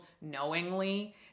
knowingly